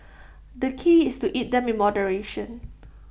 the key is to eat them in moderation